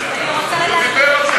אני רוצה לדעת.